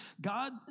God